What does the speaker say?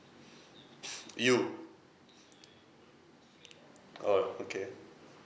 you oh okay